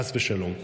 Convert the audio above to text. חס ושלום.